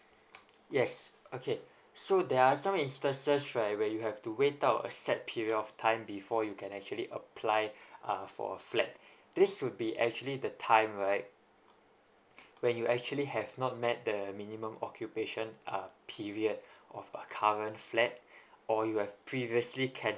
yes okay so there are some instances right where you have to wait out a set period of time before you can actually apply uh for a flat this would be actually the time right when you actually have not met the minimum occupation uh period of current flat or you have previously cancel